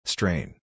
Strain